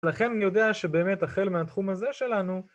לכן אני יודע שבאמת החל מהתחום הזה שלנו